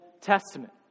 Testament